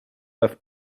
have